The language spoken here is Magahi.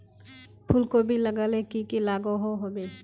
फूलकोबी लगाले की की लागोहो होबे?